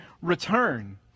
return